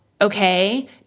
okay